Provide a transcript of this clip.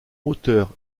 auteurs